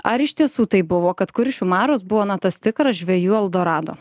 ar iš tiesų taip buvo kad kuršių marios būna tas tikras žvejų eldorado